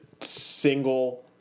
single